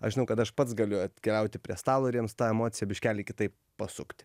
aš žinau kad aš pats galiu atkeliauti prie stalo ir jiems tą emociją biškelį kitaip pasukti